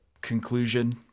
conclusion